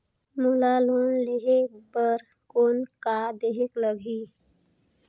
मोला लोन लेहे बर कौन का देहेक लगही?